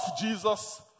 Jesus